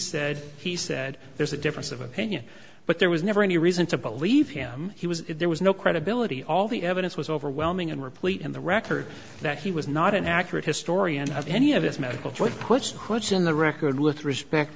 said he said there's a difference of opinion but there was never any reason to believe him he was there was no credibility all the evidence was overwhelming and replete in the record that he was not an accurate historian of any of his medical joint puts puts in the record with respect